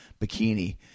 bikini